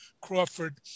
Crawford